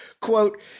Quote